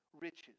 Riches